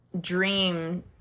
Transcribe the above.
dream